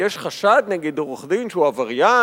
יש חשד נגד עורך-דין שהוא עבריין,